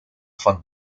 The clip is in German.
von